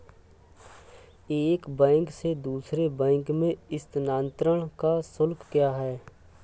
एक बैंक से दूसरे बैंक में स्थानांतरण का शुल्क क्या है?